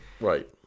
Right